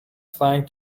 flying